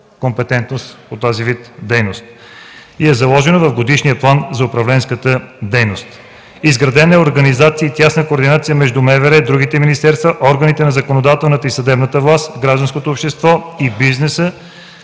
компетентност по този вид дейност – заложена е в Годишния план за управленската дейност. Изградена е организация и тясна координация между МВР, другите министерства, органите на законодателната и съдебната власт, гражданското общество и бизнеса.